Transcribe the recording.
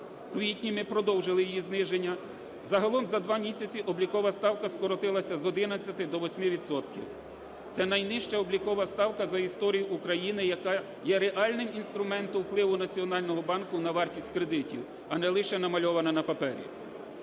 квітні ми продовжили її зниження. Загалом за 2 місяці облікова ставка скоротилася з 11 до 8 відсотків. Це найнижча облікова ставка за історію України, яка є реальним інструментом впливу Національного банку на вартість кредитів, а не лише намальована на папері.